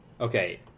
Okay